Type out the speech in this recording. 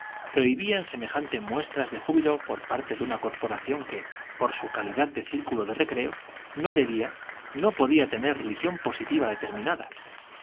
prohibían semejantes muestras de júbilo por parte de una corporación que por su calidad de círculo de recreo no debía no podía tener religión positiva determinada